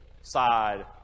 side